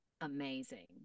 amazing